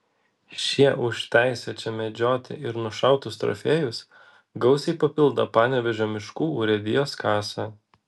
šie už teisę čia medžioti ir nušautus trofėjus gausiai papildo panevėžio miškų urėdijos kasą